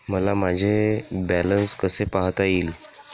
मला माझे बॅलन्स कसे पाहता येईल?